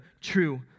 true